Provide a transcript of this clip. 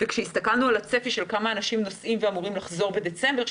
כשהסתכלנו על הצפי של כמה אנשים נוסעים ואמורים לחזור בדצמבר,